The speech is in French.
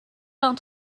vingt